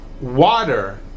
water